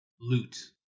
loot